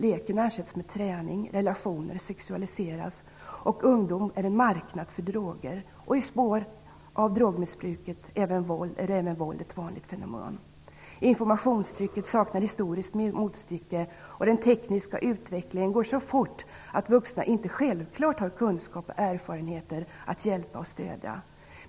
Leken ersätts med träning, relationer sexualiseras och ungdom är en marknad för droger. I spår av drogmissbruket är även våld ett vanligt fenomen. Informationstrycket saknar historiskt motstycke, och den tekniska utvecklingen går så fort att vuxna inte självklart har kunskaper och erfarenheter att hjälpa och stödja.